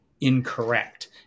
incorrect